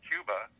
Cuba